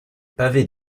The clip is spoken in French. pavés